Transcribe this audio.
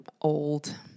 old